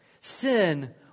Sin